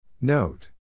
Note